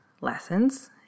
lessons